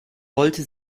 wollte